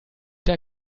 der